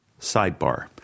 Sidebar